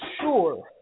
Sure